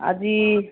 ଆଜି